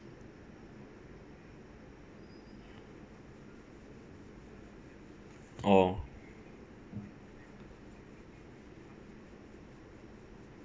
oh